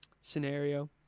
scenario